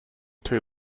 too